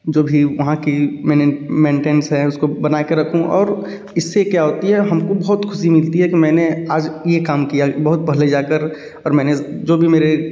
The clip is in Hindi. जो भी वहाँ की मेनटेंस है उसको बना के रखूँ और इससे क्या होती है कि हमको बहुत खुशी मिलती है कि मैंने आज ये काम किया बहुत पहले जाकर और मैंने जो भी मेरे